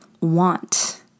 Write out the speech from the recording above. want